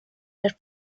der